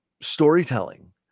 storytelling